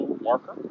marker